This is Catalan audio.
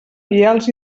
vials